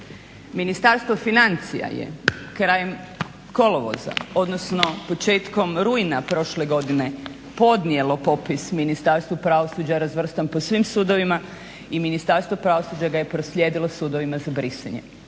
Ministarstvo financija je krajem kolovoza, odnosno početkom rujna prošle godine podnijelo popis Ministarstvu pravosuđa razvrstom po svim sudovima i Ministarstvo pravosuđa ga je proslijedilo sudovima za brisanje.